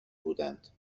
بودند